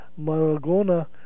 Maragona